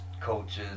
cultures